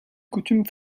coutume